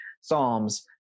Psalms